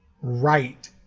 right